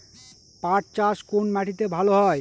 পাট চাষ কোন মাটিতে ভালো হয়?